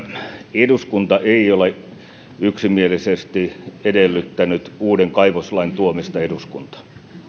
eduskunta ei ole yksimielisesti edellyttänyt uuden kaivoslain tuomista eduskuntaan